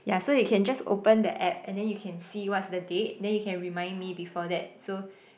ya so you can just open the app and then you can see what's the date then you can remind me before that so